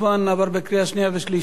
עבר בקריאה שנייה ושלישית,